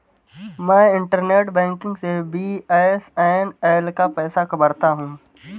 मैं internet banking से BSNL का पैसा भरता हूं